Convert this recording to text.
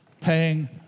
paying